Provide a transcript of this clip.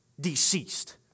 deceased